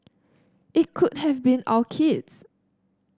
it could have been our kids